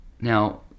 Now